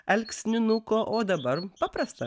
alksninuko o dabar paprasta